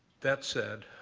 that said,